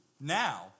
now